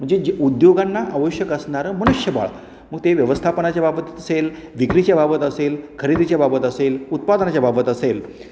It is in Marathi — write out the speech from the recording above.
म्हणजे जे उद्योगांना आवश्यक असणारं मनुष्यबळ मग ते व्यवस्थापनाच्या बाबतीत असेल विक्रीच्या बाबत असेल खरेदीच्या बाबत असेल उत्पादनाच्या बाबत असेल